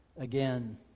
again